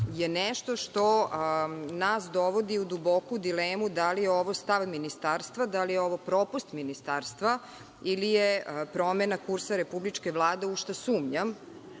je nešto što nas dovodi u duboku dilemu da li je ovo stav ministarstva, da li je ovo propust ministarstva ili je promena kursa Republičke vlade, u šta sumnjam,